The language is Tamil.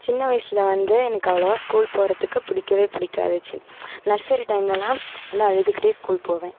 சின்ன வயசில் வந்து எனக்கு அவ்வளவா ஸ்கூல் போகிறதுக்கு பிடிக்கவே பிடிக்காதச்சு நர்சரி டைம்லெல்லாம் வந்து அழுதுக்கிட்டே ஸ்கூல் போவேன்